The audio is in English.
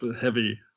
heavy